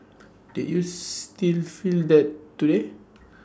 did you still feel that today